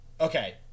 okay